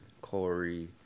Corey